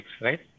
right